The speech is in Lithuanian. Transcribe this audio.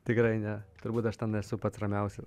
tikrai ne turbūt aš ten esu pats ramiausias